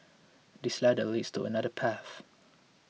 this ladder leads to another path